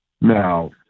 Now